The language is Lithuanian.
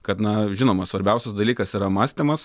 kad na žinoma svarbiausias dalykas yra mąstymas